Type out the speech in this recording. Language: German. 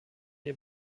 ihr